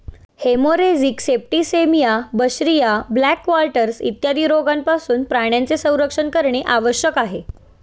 haemorrhagic septicaemia, बिशरिया, black quarters इत्यादी रोगांपासून प्राण्यांचे संरक्षण करणे आवश्यक आहे